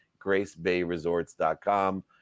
gracebayresorts.com